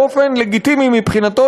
באופן לגיטימי מבחינתו,